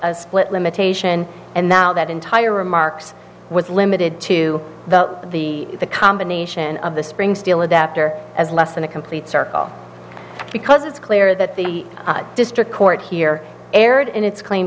a split limitation and now that entire remarks was limited to the the combination of the spring steel adaptor as less than a complete circle because it's clear that the district court here erred in its cl